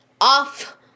off